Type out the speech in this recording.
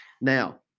Now